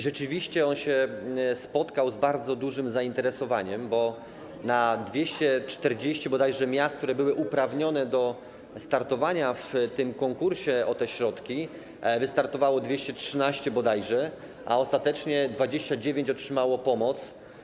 Rzeczywiście on się spotkał z bardzo dużym zainteresowaniem, bo na 240 bodajże miast, które były uprawnione do startowania w konkursie o te środki, wystartowało 213 bodajże, a ostatecznie 29 otrzymało pomoc.